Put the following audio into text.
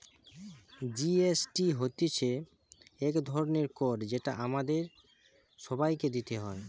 GST হতিছে এক ধরণের কর যেটা আমাদের সবাইকে দিতে হয়